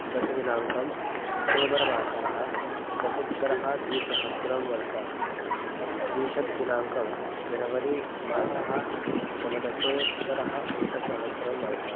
दशमदिनाङ्कः अक्टोबर् मासस्य दशोत्तरद्विसहस्रतमः वर्षः त्रिंशत् दिनाङ्कः जनवरी मासस्य नवदशोत्तरम् एकसहस्रतमः वर्षः